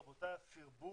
רבותיי, הסרבול,